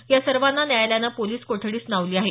या सर्वांना न्यायालयानं पोलिस कोठडी सुनावली आहे